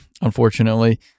unfortunately